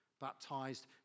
baptized